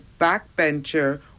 backbencher